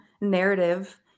narrative